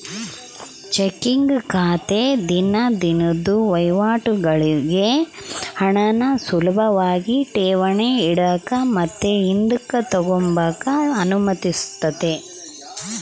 checking ಖಾತೆ ದಿನ ದಿನುದ್ ವಹಿವಾಟುಗುಳ್ಗೆ ಹಣಾನ ಸುಲುಭಾಗಿ ಠೇವಣಿ ಇಡಾಕ ಮತ್ತೆ ಹಿಂದುಕ್ ತಗಂಬಕ ಅನುಮತಿಸ್ತತೆ